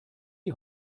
die